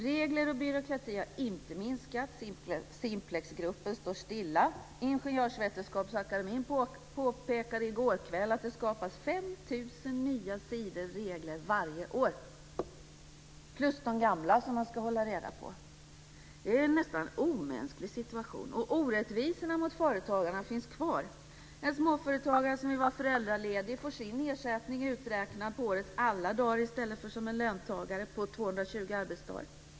Regler och byråkrati har inte minskats. Simplexgruppen står stilla. Ingenjörsvetenskapsakademien påpekade i går kväll att det skapas 5 000 sidor nya regler varje år - tillsammans med de gamla som man ska hålla reda på. Det är en nästan omänsklig situation. Orättvisorna mot företagarna finns kvar. En småföretagare som vill vara föräldraledig får sin ersättning uträknad på årets alla dagar i stället som för löntagare på årets 220 arbetsdagar.